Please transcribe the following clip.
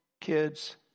kids